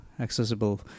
accessible